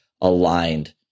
aligned